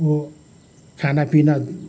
उ खाना पिना